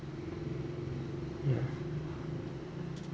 ya